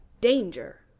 Danger